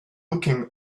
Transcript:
looking